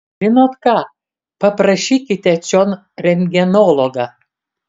žinot ką paprašykite čion rentgenologą